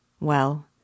Well